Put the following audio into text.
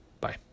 Bye